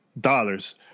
dollars